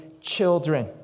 children